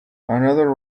another